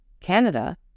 Canada